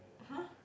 !huh!